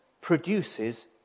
produces